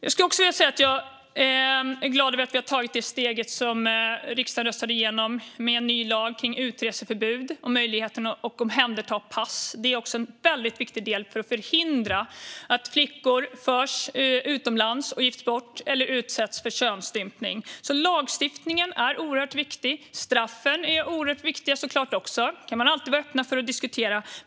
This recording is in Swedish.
Jag är också glad över att vi har tagit det steg som riksdagen röstade igenom med en ny lag kring utreseförbud och möjligheten att omhänderta pass. Det är väldigt viktigt för att förhindra att flickor förs utomlands och gifts bort eller utsätts för könsstympning. Lagstiftningen är oerhört viktig. Straffen är såklart oerhört viktiga, och dem kan man alltid vara öppen för att diskutera.